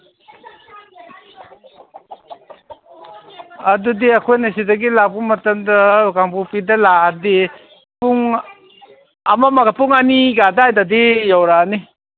ꯑꯗꯨꯗꯤ ꯑꯩꯈꯣꯏꯅ ꯁꯤꯗꯒꯤ ꯂꯥꯛꯄ ꯃꯇꯝꯗ ꯀꯥꯡꯄꯣꯛꯞꯤꯗ ꯂꯥꯛꯑꯗꯤ ꯄꯨꯡ ꯄꯨꯡ ꯑꯅꯤꯒ ꯑꯗꯨꯋꯥꯏꯗꯗꯤ ꯌꯧꯔꯛꯑꯅꯤ